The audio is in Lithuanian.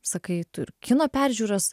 sakai tu ir kino peržiūras